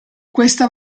questa